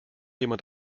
jemand